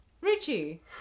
Richie